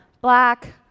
Black